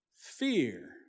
fear